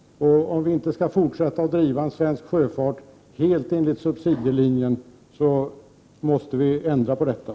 Om vi inte skall fortsätta att driva svensk sjöfart helt enligt subsidielinjen måste vi vidta förändringar.